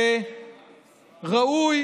ראוי